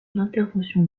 l’intervention